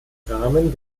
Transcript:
rahmen